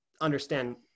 understand